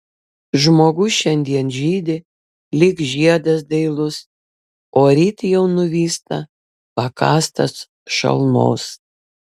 žmogus šiandien žydi lyg žiedas dailus o ryt jau nuvysta pakąstas šalnos